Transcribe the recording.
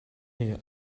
here